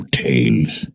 tales